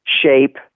shape